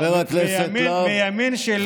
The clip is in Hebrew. מימין שלי,